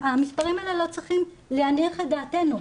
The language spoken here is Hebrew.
המספרים האלה לא צריכים להניח את דעתנו.